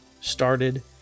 started